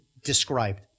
described